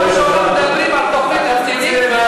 פעם ראשונה מדברים על תוכנית רצינית,